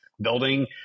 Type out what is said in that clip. building